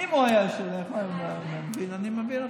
אם הוא היה מבין, אני מבין אותו,